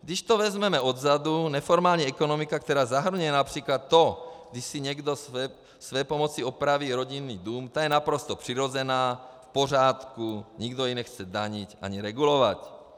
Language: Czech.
Když to vezmeme odzadu, neformální ekonomika, která zahrnuje například to, když si někdo svépomocí opraví rodinný dům, to je naprosto přirozené, v pořádku, nikdo ho nechce danit ani regulovat.